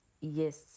Yes